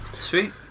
Sweet